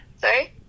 Sorry